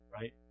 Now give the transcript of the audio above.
right